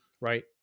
right